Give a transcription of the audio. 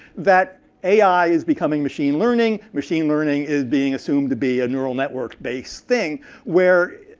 that ai is becoming machine learning. machine learning is being assumed to be a neural network based thing where